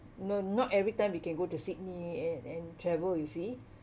no not everytime we can go to sydney and and travel you see